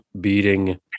beating